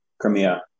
Crimea